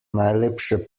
najlepše